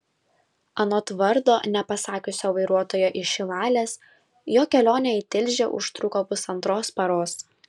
anot vardo nepasakiusio vairuotojo iš šilalės jo kelionė į tilžę užtruko pusantros paros